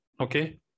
Okay